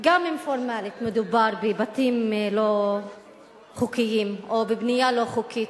גם אם פורמלית מדובר בבתים לא חוקיים או בבנייה לא חוקית.